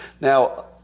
Now